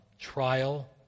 trial